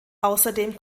außerdem